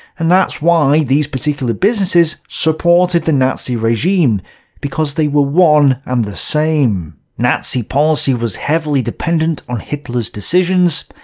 and that's why these these particular businesses supported the nazi regime because they were one and the same. nazi policy was heavily dependent on hitler's decisions.